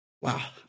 Wow